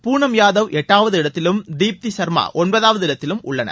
பூனம் யாதவ் எட்டாவது இடத்திலும் தீப்தி சர்மா ஒன்பதாவது இடத்திலும் உள்ளனர்